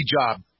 job